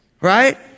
Right